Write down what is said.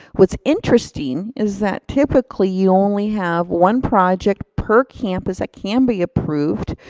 what's interesting is that typically you only have one project per campus that can be approved.